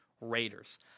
Raiders